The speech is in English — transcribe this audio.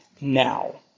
now